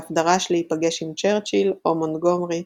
ואף דרש להיפגש עם צ'רציל או מונטגומרי,